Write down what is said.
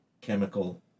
chemical